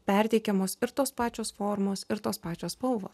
perteikiamos ir tos pačios formos ir tos pačios spalvos